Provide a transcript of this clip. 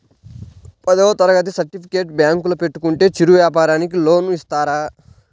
పదవ తరగతి సర్టిఫికేట్ బ్యాంకులో పెట్టుకుంటే చిరు వ్యాపారంకి లోన్ ఇస్తారా?